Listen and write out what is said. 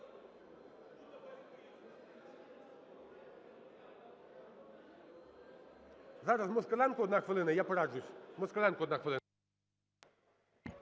Зараз Москаленко, одна хвилина. І я пораджусь.